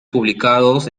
publicados